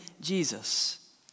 Jesus